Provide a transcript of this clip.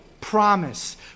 promise